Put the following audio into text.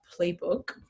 playbook